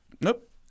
Nope